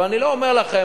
אבל אני לא אומר לכם,